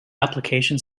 application